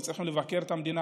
וצריך גם לבקר את המדינה.